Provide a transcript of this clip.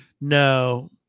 no